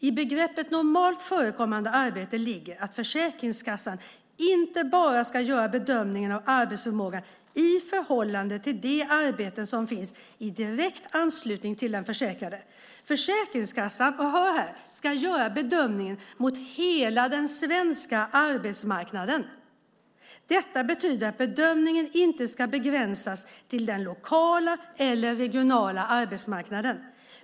I begreppet normalt förekommande arbeten ligger att Försäkringskassan inte bara ska göra bedömningen av arbetsförmågan i förhållande till de arbeten som finns i direkt anslutning till den försäkrade. Försäkringskassan - hör här! - ska göra bedömningen mot hela den svenska arbetsmarknaden. Detta betyder att bedömningen inte ska begränsas till den lokala eller regionala arbetsmarknaden.